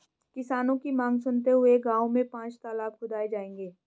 किसानों की मांग सुनते हुए गांव में पांच तलाब खुदाऐ जाएंगे